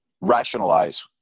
rationalize